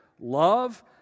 love